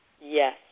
Yes